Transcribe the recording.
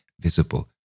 visible